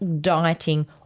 dieting